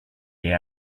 they